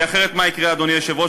כי אחרת, מה יקרה, אדוני היושב-ראש?